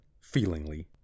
feelingly